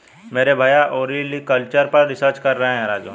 मेरे भैया ओलेरीकल्चर पर रिसर्च कर रहे हैं राजू